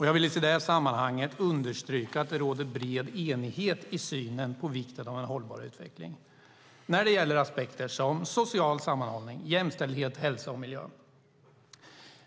Jag vill i det sammanhanget understryka att det råder bred enighet i synen på vikten av en hållbar utveckling när det gäller aspekter som social sammanhållning, jämställdhet, hälsa och miljö.